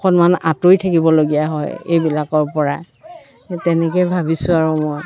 অকণমান আঁতৰি থাকিবলগীয়া হয় এইবিলাকৰ পৰা সেই তেনেকৈয়ে ভাবিছোঁ আৰু মই